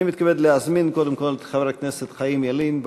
אני מתכבד להזמין קודם כול את חבר הכנסת חיים ילין,